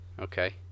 Okay